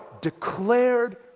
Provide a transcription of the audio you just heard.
declared